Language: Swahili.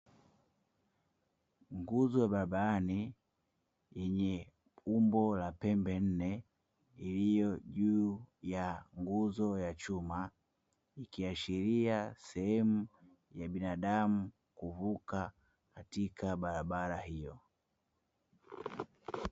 Nguzo ya barabarani yenye umbo la pembe nne iliyo juu ya nguzo ya chuma ikiashiria sehemu ya binadamu kuvuka katika barabara hiyo.